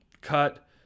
cut